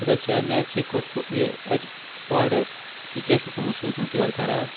بہٕ دَپَس اے مےٚ ہسے کوٚر یہِ اَتہِ آرڈَر یہِ کیٛاہ چھُکھ یِمو سوٗزمُت یورٕ خراب